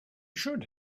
should